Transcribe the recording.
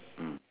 mm